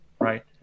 right